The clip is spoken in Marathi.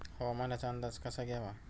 हवामानाचा अंदाज कसा घ्यावा?